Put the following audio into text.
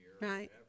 right